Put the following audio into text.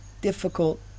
difficult